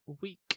week